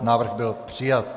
Návrh byl přijat.